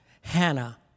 Hannah